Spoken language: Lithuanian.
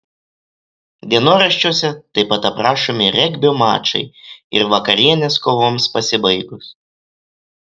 dienoraščiuose taip pat aprašomi regbio mačai ir vakarienės kovoms pasibaigus